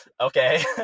okay